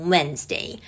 Wednesday